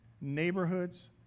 neighborhoods